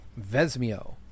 Vesmio